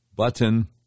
Button